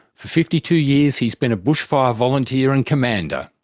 for fifty two years he's been a bushfire volunteer and commander.